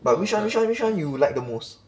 but which one which one which one you like the most